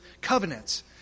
covenants